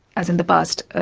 as in the past, ah